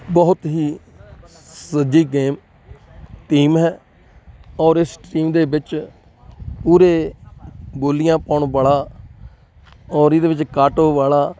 ਬਹੁਤ ਹੀ ਸਦੀ ਗੇਮ ਟੀਮ ਹੈ ਔਰ ਇਸ ਟੀਮ ਦੇ ਵਿੱਚ ਪੂਰੇ ਬੋਲੀਆਂ ਪਾਉਣ ਵਾਲਾ ਔਰ ਇਹਦੇ ਵਿੱਚ ਕਾਟੋ ਵਾਲਾ